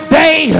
day